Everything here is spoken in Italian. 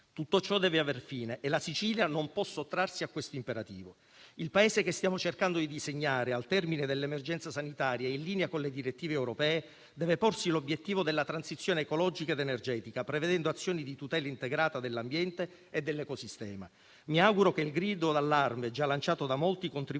Tutto ciò deve aver fine e la Sicilia non può sottrarsi a questo imperativo. Il Paese che stiamo cercando di disegnare al termine dell'emergenza sanitaria e in linea con le direttive europee deve porsi l'obiettivo della transizione ecologica ed energetica, prevedendo azioni di tutela integrata dell'ambiente e dell'ecosistema. Mi auguro che il grido d'allarme già lanciato da molti contribuisca